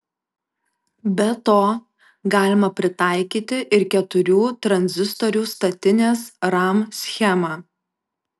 be to galima pritaikyti ir keturių tranzistorių statinės ram schemą